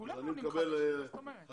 כולנו עולים חדשים, מה זאת אומרת?